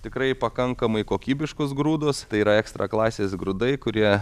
tikrai pakankamai kokybiškus grūdus tai yra ekstra klasės grūdai kurie